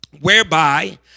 Whereby